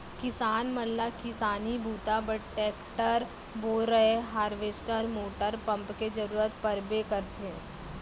किसान मन ल किसानी बूता बर टेक्टर, बोरए हारवेस्टर मोटर पंप के जरूरत परबे करथे